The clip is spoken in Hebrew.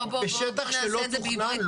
בשטח שלא תוכנן לא.